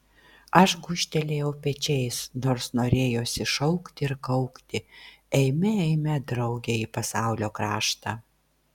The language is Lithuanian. aš gūžtelėjau pečiais nors norėjosi šaukti ir kaukti eime eime drauge į pasaulio kraštą